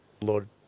Lord